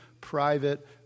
private